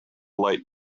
light